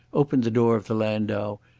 opened the door of the landau,